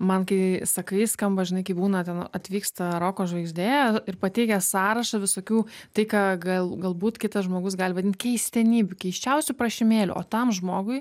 man kai sakai skamba žinai kaip būna ten atvyksta roko žvaigždė ir pateikęs sąrašą visokių tai ką gal galbūt kitas žmogus gali vadint keistenybių keisčiausiu prašymėliu o tam žmogui